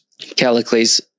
Callicles